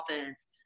offense